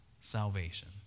salvation